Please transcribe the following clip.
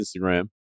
Instagram